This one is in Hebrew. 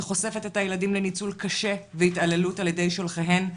שחושפת את הילדים לניצול קשה והתעללות על ידי שולחיהם,